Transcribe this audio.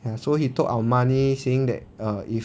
ya so he took our money saying that err if